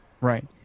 Right